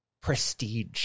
prestige